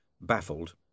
baffled